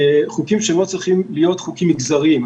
חוקים שלא צריכים להיות חוקים מגזריים.